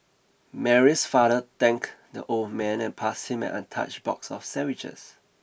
Mary's father thanked the old man and passed him an untouched box of sandwiches